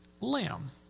lamb